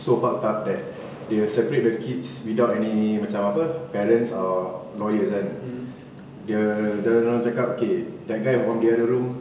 so fucked up that they will separate the kids without any macam apa parents or lawyers kan dia dorang cakap okay that guy from another room